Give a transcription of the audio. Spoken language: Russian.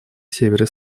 севере